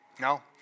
No